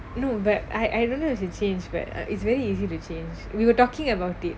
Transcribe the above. no but I I don't if she changed but uh it's really easy to change we were talking about it